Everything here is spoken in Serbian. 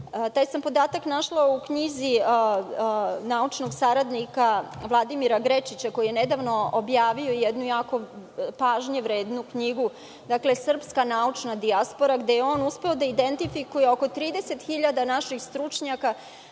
Taj sam podatak našla u knjizi naučnog saradnika Vladimira Grečića, koji je nedavno objavio, pažnje vrednu, knjigu - „Srpska naučna dijaspora“. Tamo je on uspeo da identifikuje 30.000 naših stručnjaka,